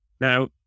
Now